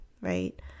right